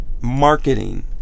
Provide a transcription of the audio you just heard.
marketing